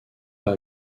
pas